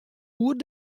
oer